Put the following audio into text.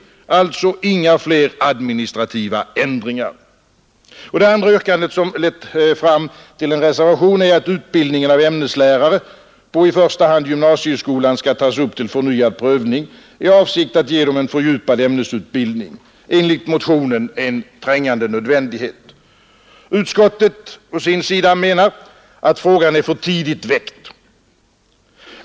Alltså inga fler administrativa ändringar! Det andra yrkandet som lett fram till en reservation är att utbildningen av ämneslärare på i första hand gymnasieskolan skall tas upp till förnyad prövning i avsikt att ge dem en fördjupad ämnesutbildning, enligt motionen en trängande nödvändighet. Utskottet å sin sida menar att frågan är för tidigt väckt.